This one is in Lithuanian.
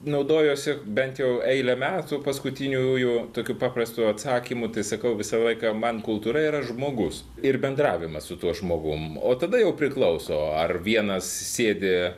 naudojuosi bent jau eilę metų paskutiniųjų tokiu paprastu atsakymu tai sakau visą laiką man kultūra yra žmogus ir bendravimas su tuo žmogum o tada jau priklauso ar vienas sėdi